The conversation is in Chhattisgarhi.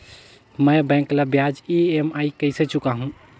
मैं बैंक ला ब्याज ई.एम.आई कइसे चुकाहू?